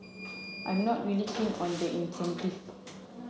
I'm not really keen on the incentive